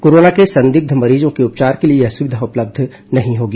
corona के संदिग्ध मरीजों के उपचार के लिए यह सुविधा उपलब्ध नहीं होगी